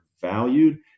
valued